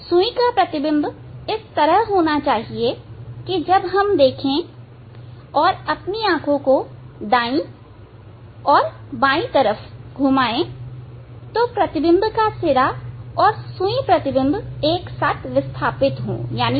सुई का प्रतिबिंब इस तरह होना चाहिए कि जब हम देखें और अपनी आंखों को दाएं और बाएं तरफ घुमाये तो प्रतिबिंब का सिरा और सुई प्रतिबिंब एक साथ विस्थापित होने चाहिए